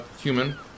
human